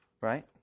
Right